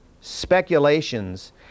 speculations